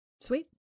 Sweet